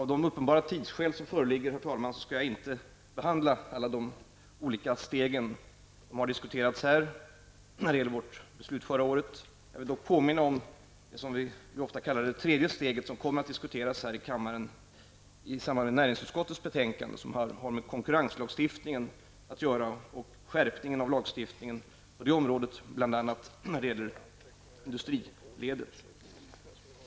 Av de uppenbara tidsskäl som föreligger skall jag inte behandla alla de olika steg som här har diskuterats när det gäller förra årets beslut. Jag vill dock påminna om det som kallas för det tredje steget och som kommer att diskuteras här i kammaren i samband med näringsutskottets betänkande som har med konkurrenslagstiftningen att göra och som innebär en skärpning av lagstiftningen när det gäller bl.a. industriledet.